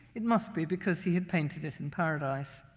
it must be because he had painted it in paradise.